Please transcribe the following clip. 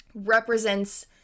represents